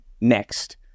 next